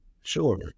Sure